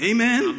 Amen